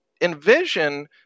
envision